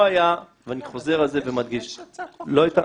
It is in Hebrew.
יש הצעת חוק ממשלתית.